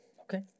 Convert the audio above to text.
okay